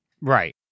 Right